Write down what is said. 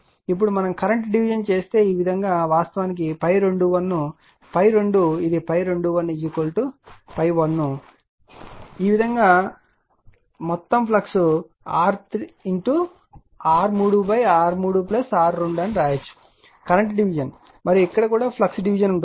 ఇప్పుడు మనం కరెంట్ డివిజన్ను చేసే విధంగా వాస్తవానికి ∅21 ∅2 ఇది ∅21 ∅1 ఈ మొత్తం ఫ్లక్స్ R3 R3 R2 అని వ్రాయవచ్చు కరెంట్ డివిజన్ మరియు ఇక్కడ కూడా ఫ్లక్స్ డివిజన్ ఉంటుంది